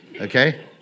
okay